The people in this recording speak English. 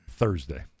Thursday